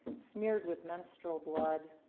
smeared with menstrual blood,